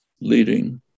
leading